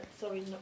sorry